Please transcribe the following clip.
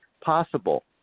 possible